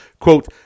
Quote